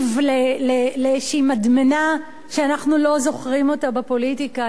לאיזו מדמנה שאנחנו לא זוכרים כמותה בפוליטיקה הישראלית.